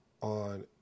on